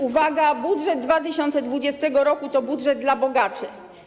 Uwaga - budżet 2020 r. to budżet dla bogaczy.